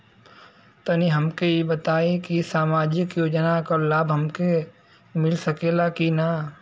तनि हमके इ बताईं की सामाजिक योजना क लाभ हमके मिल सकेला की ना?